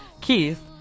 Keith